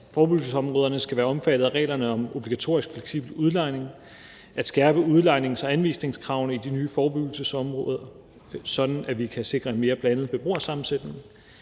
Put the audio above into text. forebyggelsesområderne skal være omfattet af reglerne om obligatorisk fleksibel udlejning, at skærpe udlejnings- og anvisningskravene i de nye forebyggelsesområder, sådan at vi kan sikre en mere blandet beboersammensætning,